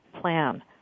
plan